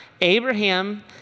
Abraham